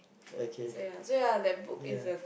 okay ya